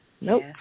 nope